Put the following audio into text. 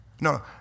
no